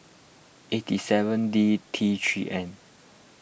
eighty seven D T three N